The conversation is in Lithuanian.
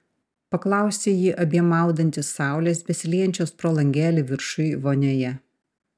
paklausė ji abiem maudantis saulės besiliejančios pro langelį viršuj vonioje